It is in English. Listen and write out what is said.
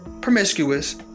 promiscuous